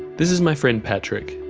this is my friend patrick.